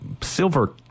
silver